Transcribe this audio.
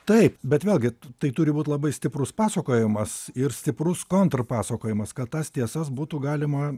taip bet vėlgi tai turi būt labai stiprus pasakojimas ir stiprus kontrpasakojimas kad tas tiesas būtų galima